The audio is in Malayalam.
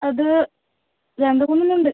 അത് രണ്ടു മൂന്നെണ്ണമുണ്ട്